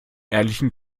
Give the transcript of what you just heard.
ehrlichen